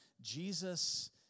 Jesus